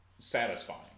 satisfying